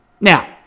Now